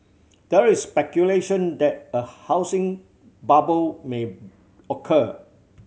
there is speculation that a housing bubble may occur